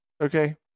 okay